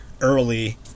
early